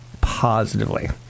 positively